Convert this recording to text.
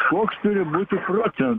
koks turi būti procentas